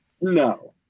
no